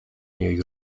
jej